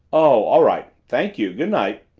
oh all right thank you good night